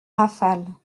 rafales